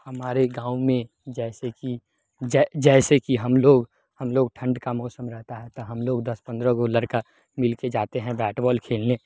हमारे गाँवमे जैसे कि जइ जैसे कि हमलोग हमलोग ठण्डके मौसम रहता है तो हमलोग दस पन्द्रह गो लड़का मिलके जाते हैं बैट बॉल खेलने